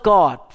God